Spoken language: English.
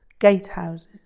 gatehouses